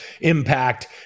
impact